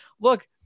look